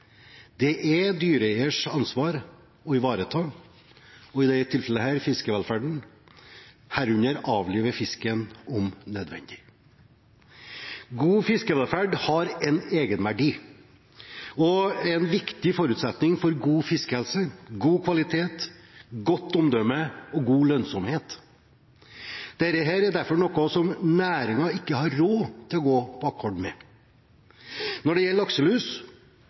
Det er dyreeiers ansvar å ivareta – i dette tilfellet – fiskevelferden, herunder avlive fisken, om nødvendig. God fiskevelferd har en egenverdi og er en viktig forutsetning for god fiskehelse, god kvalitet, godt omdømme og god lønnsomhet. Dette er derfor noe som næringen ikke har råd til å gå på akkord med. Når det gjelder